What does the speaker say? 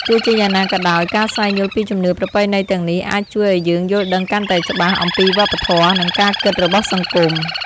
ទោះជាយ៉ាងណាក៏ដោយ ការស្វែងយល់ពីជំនឿប្រពៃណីទាំងនេះអាចជួយឱ្យយើងយល់ដឹងកាន់តែច្បាស់អំពីវប្បធម៌ និងការគិតរបស់សង្គម។